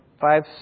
five